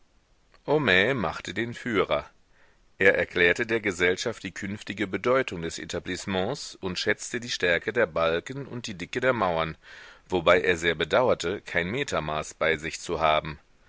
homais machte den führer er erklärte der gesellschaft die künftige bedeutung des etablissements und schätzte die stärke der balken und die dicke der mauern wobei er sehr bedauerte kein metermaß bei sich zu haben